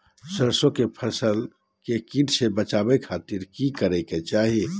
सरसों की फसल के कीट से बचावे खातिर की करे के चाही?